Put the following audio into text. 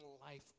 life